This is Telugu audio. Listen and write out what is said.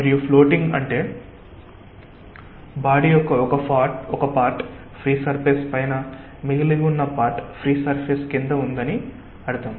మరియు ఫ్లోటింగ్ అంటే ఒక పార్ట్ ఫ్రీ సర్ఫేస్ పైన మరియు మిగిలి ఉన్న పార్ట్ ఫ్రీ సర్ఫేస్ క్రింద ఉందని అర్థం